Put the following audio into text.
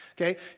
Okay